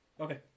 Okay